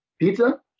pizza